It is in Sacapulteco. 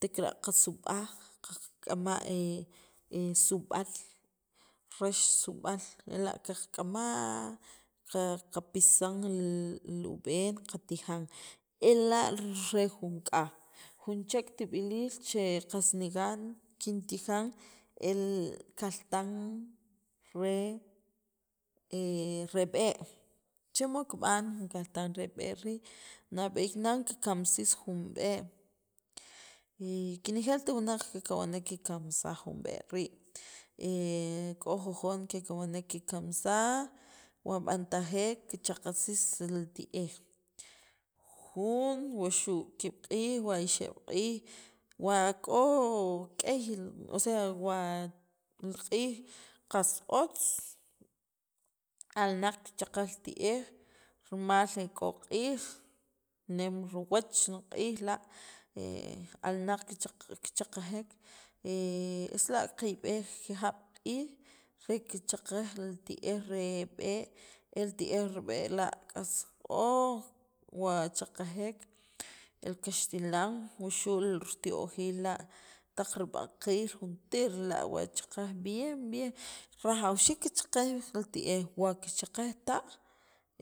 tek'ara' qasub'aj qak'ama sub'al rax sub'al ela' qaqk'ama' qa qapisan li li ub'en qatijan ela' re jun k'aj, jun chek tib'iliil che qas nigan kintijan el kaltan re re b'ee' chi mod kib'an jun kaltan re b'ee' rii' nab'eey nan kikamsis jun b'e' jun b'ee' kinijelt wunaq kekawnek kikkamssj jun b'ee' rii' k'o jujon kekawanek kikkamsaj wan b'antajek kichaqajsis li ti'ej jun wuxu' kiib' q'iij o ixeb' q'iij wa k'o k'ey osea wa q'iij qas otz alnaq kichaqej li it'ej rimal k'o q'iij nem riwach li q'iij la' alnaq kichaqajek es la' kiyb'ej kijab' q'iij re kichaqaj li ti'ej re b'ee' el ti'ej re b'ee' la' qas k'ok' wa chaqajek el kaxtilan o wuxu' riti'ojiil la' taq rib'aqiil juntir la' wa chaqaj bien bien rajwxiik kichaqaj li ti'ej wa kichaqajtaj